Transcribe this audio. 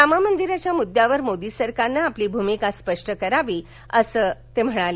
राम मंदिराच्या मुद्द्यावर मोदी सरकारनं आपली भूमिका स्पष्ट करावी असं ते म्हणाले